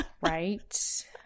Right